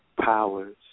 powers